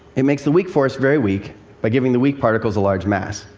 it makes the weak force very weak by giving the weak particles a large mass.